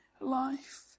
life